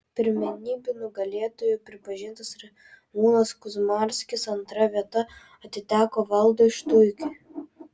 pirmenybių nugalėtoju pripažintas ramūnas kuzmarskis antra vieta atiteko valdui štuikiui